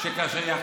יש לה טונים גבוהים.